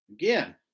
Again